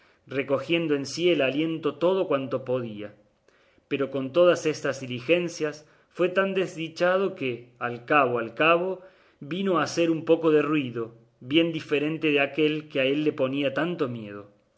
recogiendo en sí el aliento todo cuanto podía pero con todas estas diligencias fue tan desdichado que al cabo al cabo vino a hacer un poco de ruido bien diferente de aquel que a él le ponía tanto miedo